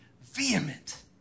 vehement